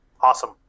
awesome